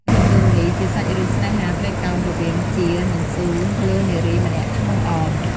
ភាពយន្តនេះជាសាច់រឿងស្នេហាត្រីកោណរវាងជា និងស៊ូ លើនារីម្នាក់ឈ្មោះ អន ។